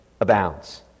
abounds